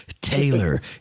Taylor